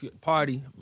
Party